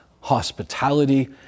hospitality